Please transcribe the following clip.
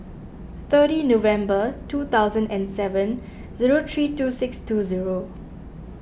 thirty November two thousand and seven zero three two six two zero